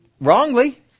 Wrongly